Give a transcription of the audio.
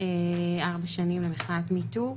ארבע שנים למחאת מי טו.